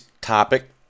topic